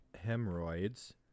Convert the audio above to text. hemorrhoids